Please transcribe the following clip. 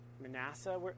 manasseh